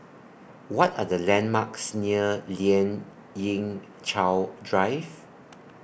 What Are The landmarks near Lien Ying Chow Drive